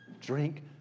Drink